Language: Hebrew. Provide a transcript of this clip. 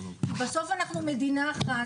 בסוף אנחנו מדינה אחת,